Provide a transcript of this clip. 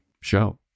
show